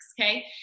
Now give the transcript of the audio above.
Okay